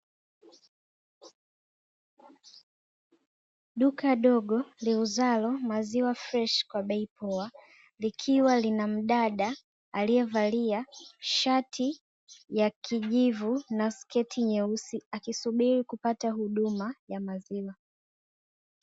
Duka dogo liuzalo maziwa freshi kwa bei poa. Likiwa lina mdada aliyevalia shati ya kijivu na sketi nyeusi akisubiri kupata huduma ya maziwa.